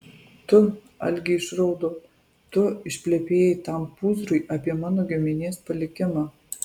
tu algė išraudo tu išplepėjai tam pūzrui apie mano giminės palikimą